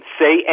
say